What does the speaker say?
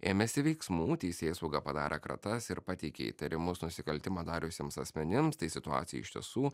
ėmėsi veiksmų teisėsauga padarė kratas ir pateikė įtarimus nusikaltimą dariusiems asmenims tai situacija iš tiesų